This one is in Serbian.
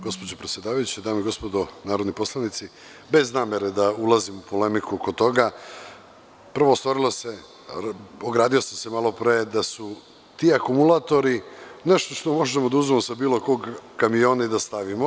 Gospođo predsedavajuća, dame i gospodo narodni poslanici, bez namere da ulazim u polemiku oko toga, ogradio sam se malo pre da su ti akumulatori nešto što možemo da uzmemo sa bilo kog kamiona i stavimo.